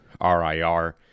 RIR